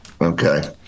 Okay